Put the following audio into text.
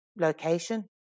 location